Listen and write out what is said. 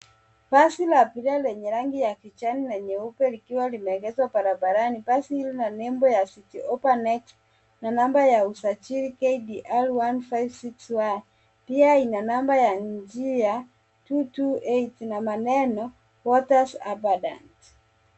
Basi la abiria lenye rangi ya kijani na nyeupe likiwa limeegeshwa barabarani. Basi hili lina nembo ya citi hoppa next, na namba ya usajili, KDL one five six Y.Pia ina namba ya njia, two two eight, na maneno abundance.